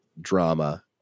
drama